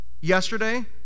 Yesterday